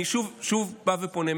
אני שוב בא ופונה,